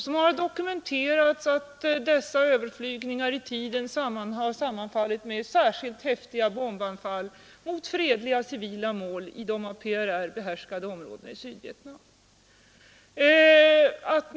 Det har dokumenterats att dessa överflygningar i tiden har sammanfallit med särskilt häftiga bombanfall mot fredliga civila mål i de av PRR behärskade områdena i Sydvietnam.